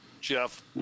Jeff